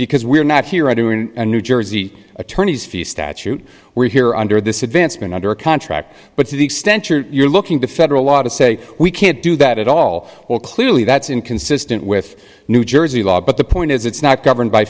because we're not here i do in new jersey attorney's fees statute we're here under this advancement under contract but to the extent you're looking to federal law to say we can't do that at all or clearly that's inconsistent with new jersey law but the point is it's not governed by